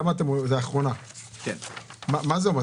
מה זה אומר?